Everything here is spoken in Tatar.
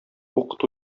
укыту